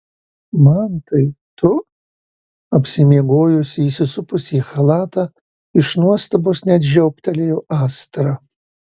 mantai tu apsimiegojusi įsisupusi į chalatą iš nuostabos net žioptelėjo astra